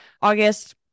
August